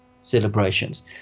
celebrations